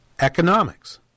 economics